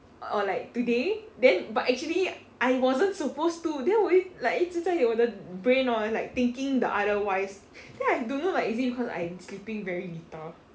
or like today then but actually I wasn't supposed to then 我又 like 一直在我的 brain hor like thinking the otherwise then I don't know like is it because I'm sleeping very little